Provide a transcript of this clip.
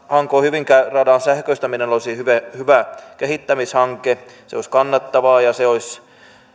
hanko hyvinkää radan sähköistäminen olisi hyvä hyvä kehittämishanke se olisi kannattavaa ja se olisi